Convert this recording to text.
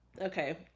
okay